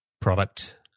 product